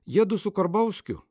jiedu su karbauskiu